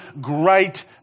great